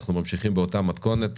אנחנו ממשיכים באותה מתכונת.